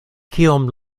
kiom